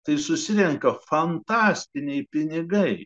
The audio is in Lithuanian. tai susirenka fantastiniai pinigai